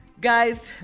guys